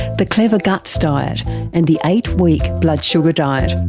the clever guts diet and the eight week blood sugar diet.